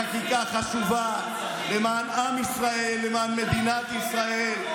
חקיקה חשובה למען עם ישראל, למען מדינת ישראל.